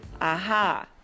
Aha